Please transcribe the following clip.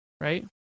right